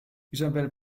isabel